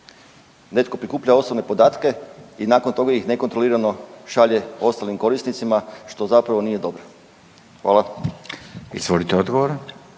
Netko prikuplja osobne podatke i nakon toga ih nekontrolirano šalje ostalim korisnicima, što zapravo nije dobro. Hvala. **Radin, Furio